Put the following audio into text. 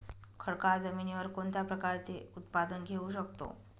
खडकाळ जमिनीवर कोणत्या प्रकारचे उत्पादन घेऊ शकतो?